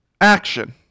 action